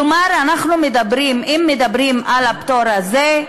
כלומר, אם מדברים על הפטור הזה,